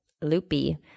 loopy